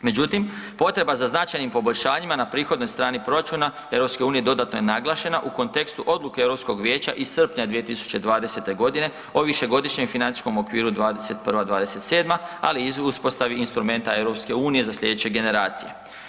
Međutim, potreba za značajnim poboljšanjima na prihodnoj strani proračuna EU dodatno je naglašena u kontekstu odluke Europskog vijeća iz srpnja 2020.g. o višegodišnjem financijskom okviru '21.-'27., ali i uspostavi instrumenta EU za slijedeće generacije.